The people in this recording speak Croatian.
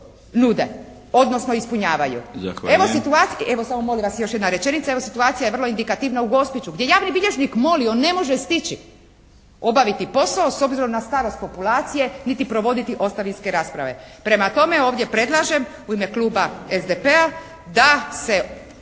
jedna rečenica. Evo situacija je vrlo indikativna u Gospiću gdje je javni bilježnik molio, ne može stići obaviti posao s obzirom na starost populacije niti provoditi ostavinske rasprave. Prema tome ovdje predlažem u ime kluba SDP-a da se